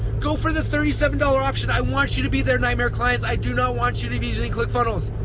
go for the thirty seven dollars option. i want you to be their nightmare clients. i do not want you to be using click funnels.